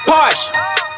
Porsche